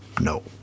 No